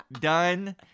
done